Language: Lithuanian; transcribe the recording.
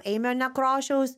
eimio nekrošiaus